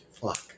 Fuck